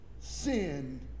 Sin